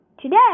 Today